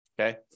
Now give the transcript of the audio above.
Okay